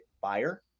buyer